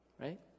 right